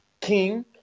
King